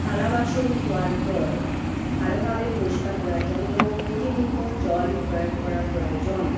থালা বাসন ধোওয়ার পর ভালভাবে পরিস্কার করার জন্য পরিমিত জল প্রয়োগ করা প্রয়োজন